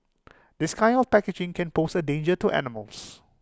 this kind of packaging can pose A danger to animals